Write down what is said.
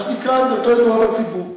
מה שנקרא, עמדתו ידועה בציבור.